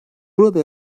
burada